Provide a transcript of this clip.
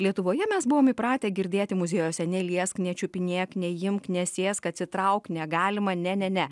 lietuvoje mes buvom įpratę girdėti muziejuose neliesk nečiupinėk neimk nesėsk atsitrauk negalima ne ne ne